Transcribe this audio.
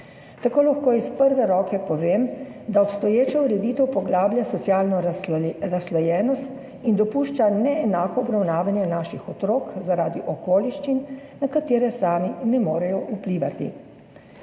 Tako lahko iz prve roke povem, da obstoječa ureditev poglablja socialno razslojenost in dopušča neenako obravnavanje naših otrok zaradi okoliščin, na katere sami ne morejo vplivati,